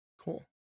Cool